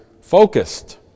focused